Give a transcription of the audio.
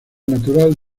natural